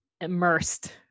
immersed